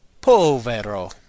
povero